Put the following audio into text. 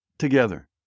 Together